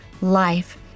life